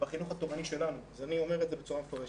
בחינוך התורני שלנו, אני אומר את זה בצורה מפורשת.